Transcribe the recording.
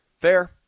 Fair